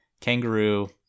Kangaroo